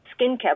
skincare